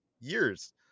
years